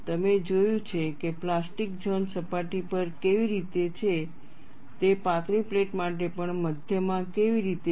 તમે જોયું છે કે પ્લાસ્ટિક ઝોન સપાટી પર કેવી રીતે છે તે પાતળી પ્લેટ માટે પણ મધ્યમાં કેવી રીતે છે